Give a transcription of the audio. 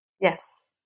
Yes